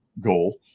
goal